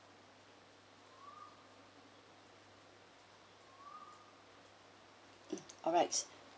mm alright